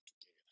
together